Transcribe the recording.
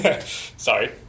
Sorry